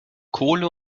kohle